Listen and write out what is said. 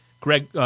Greg